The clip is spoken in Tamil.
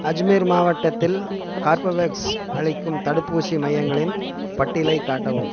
அஜ்மீர் மாவட்டத்தில் கார்பவேக்ஸ் அளிக்கும் தடுப்பூசி மையங்களின் பட்டியலை காட்டவும்